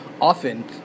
Often